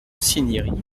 cinieri